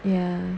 ya